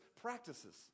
practices